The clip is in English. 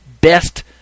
best